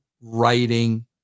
writing